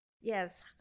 yes